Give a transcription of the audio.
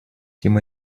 тем